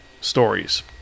stories